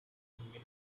minutes